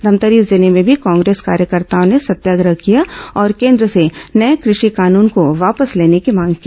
धमतरी जिले में भी कांग्रेस कार्यकर्ताओं ने सत्याग्रह किया और केन्द्र से नये कृषि कानून को वापस लेने की मांग की